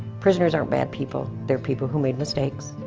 prisoners aren't bad people. they're people who made mistakes.